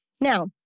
Now